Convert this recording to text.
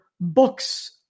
books